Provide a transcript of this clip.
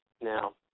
Now